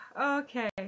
okay